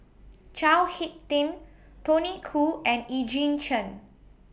Chao Hick Tin Tony Khoo and Eugene Chen